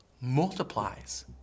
multiplies